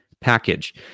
package